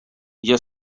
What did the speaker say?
your